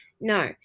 No